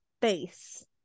face